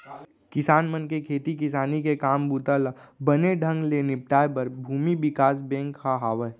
किसान मन के खेती किसानी के काम बूता ल बने ढंग ले निपटाए बर भूमि बिकास बेंक ह हावय